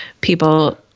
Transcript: people –